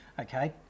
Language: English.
Okay